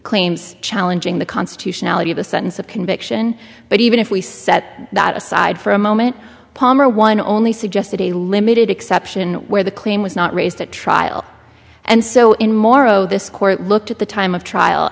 claims challenging the constitutionality of a sentence of conviction but even if we set that aside for a moment palmer one only suggested a limited exception where the claim was not raised at trial and so in morrow this court looked at the time of trial